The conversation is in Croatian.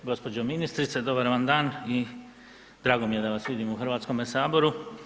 Gospođo ministrice dobar vam dan i drago mi je da vas vidim u Hrvatskome saboru.